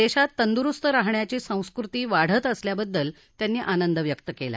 देशात तंदुरुस्त राहण्याची संस्कृती वाढत असल्याबद्दल त्यांनी आनंद व्यक्त केला